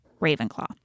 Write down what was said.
Ravenclaw